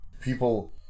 people